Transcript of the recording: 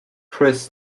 chris